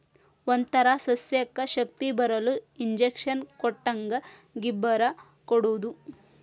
ಒಂತರಾ ಸಸ್ಯಕ್ಕ ಶಕ್ತಿಬರು ಇಂಜೆಕ್ಷನ್ ಕೊಟ್ಟಂಗ ಗಿಬ್ಬರಾ ಕೊಡುದು